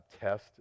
test